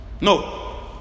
No